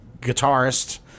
guitarist